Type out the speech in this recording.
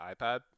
iPad